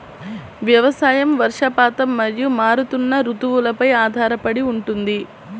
వ్యవసాయం వర్షపాతం మరియు మారుతున్న రుతువులపై ఆధారపడి ఉంటుంది